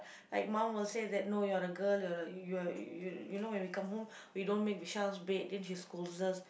like mum will say that no you are a girl you are a you are you you know when we come home we don't make bed then she scold us